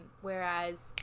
whereas